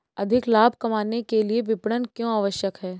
अधिक लाभ कमाने के लिए विपणन क्यो आवश्यक है?